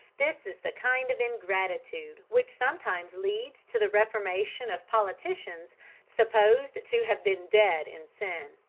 this is the kind of ingratitude which sometimes leads to the reformation of politicians supposed to have been dead in sin.